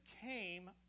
came